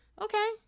Okay